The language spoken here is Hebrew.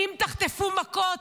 אם תחטפו מכות,